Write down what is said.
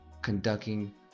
conducting